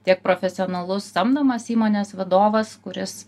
tiek profesionalus samdomas įmonės vadovas kuris